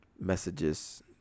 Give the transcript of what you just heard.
Messages